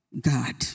God